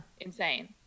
insane